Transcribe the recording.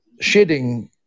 shedding